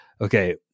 okay